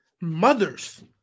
mothers